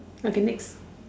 okay next